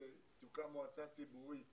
שתוקם מועצה ציבורית